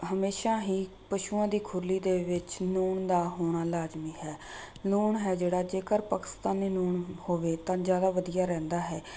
ਹਮੇਸ਼ਾਂ ਹੀ ਪਸ਼ੂਆਂ ਦੀ ਖੁਰਲੀ ਦੇ ਵਿੱਚ ਲੂਣ ਦਾ ਹੋਣਾ ਲਾਜ਼ਮੀ ਹੈ ਲੂਣ ਹੈ ਜਿਹੜਾ ਜੇਕਰ ਪਾਕਿਸਤਾਨੀ ਲੂਣ ਹੋਵੇ ਤਾਂ ਜਿਆਦਾ ਵਧੀਆ ਰਹਿੰਦਾ ਹੈ